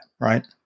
Right